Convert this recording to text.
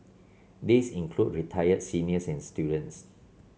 these include retired seniors and students